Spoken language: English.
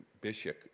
bishop